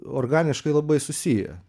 organiškai labai susiję